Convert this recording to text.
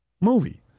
Movie